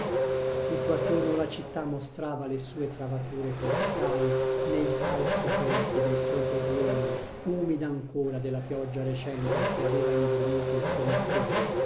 tutto attorno la città mostrava le sue travature colossali nei palchi aperti dei suoi torrioni umida ancora della pioggia recente che aveva imbrunito il suo mattone